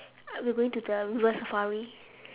I we going to the river-safari